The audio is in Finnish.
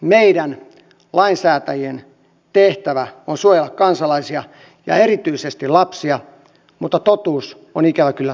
meidän lainsäätäjien tehtävä on suojella kansalaisia ja erityisesti lapsia mutta totuus on ikävä kyllä toinen